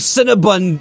Cinnabon